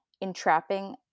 entrapping